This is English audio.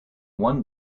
one